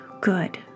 good